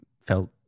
felt